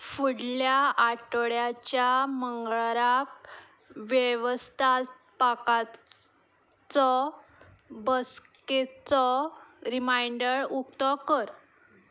फुडल्या आठवड्याच्या मंगळाराक वेवस्थापापात चो बसकेचो रिमायंडर उकतो कर